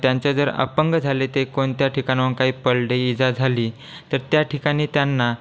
त्यांचं जर अपंग झाले ते कोणत्या ठिकाणावरून काही पडले इजा झाली तर त्या ठिकाणी त्यांना